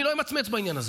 אני לא אמצמץ בעניין הזה,